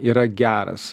yra geras